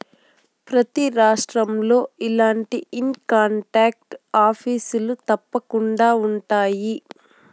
ప్రతి రాష్ట్రంలో ఇలాంటి ఇన్కంటాక్స్ ఆఫీసులు తప్పకుండా ఉన్నాయి